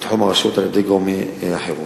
בתחום הרשות על-ידי גורמי החירום.